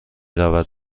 رود